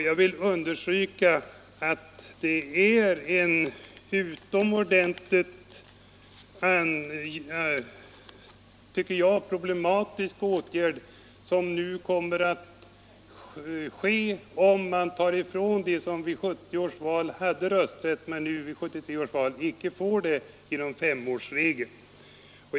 Jag vill understryka att det är en utomordentligt problematisk åtgärd om man nu genom femårsregeln tar ifrån dem som hade rösträtt vid 1970 års val rätten att rösta vid 1973 års val.